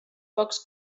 pocs